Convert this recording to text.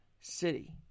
city